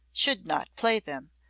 should not play them,